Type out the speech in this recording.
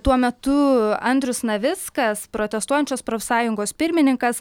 tuo metu andrius navickas protestuojančios profsąjungos pirmininkas